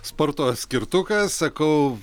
sporto skirtukas sakau